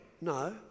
No